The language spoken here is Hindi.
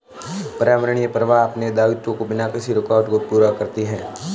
पर्यावरणीय प्रवाह अपने दायित्वों को बिना किसी रूकावट के पूरा करती है